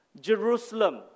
Jerusalem